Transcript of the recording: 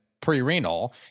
pre-renal